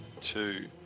two